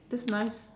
that's nice